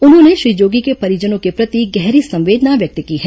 उन्होंने श्री जोगी के परिजनों के प्रति गहरी संवेदना व्यक्त की है